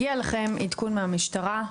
הגיע אליכם עדכון מהמשטרה,